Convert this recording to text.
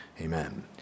amen